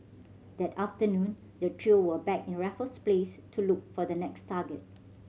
that afternoon the trio were back in Raffles Place to look for the next target